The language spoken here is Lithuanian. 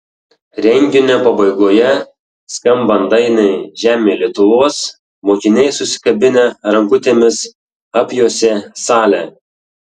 renginio pabaigoje skambant dainai žemėj lietuvos mokiniai susikabinę rankutėmis apjuosė salę